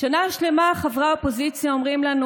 שנה שלמה חברי האופוזיציה אומרים לנו